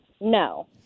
No